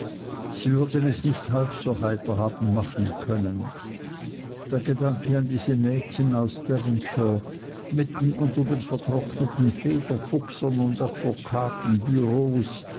sie würden es nicht halb so heiter haben machen können der gedanke an diese mädchen aus devonshire mitten unter den vertrockneten federfuchsern und advokatenbureaus